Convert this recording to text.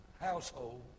household